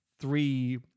three